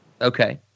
Okay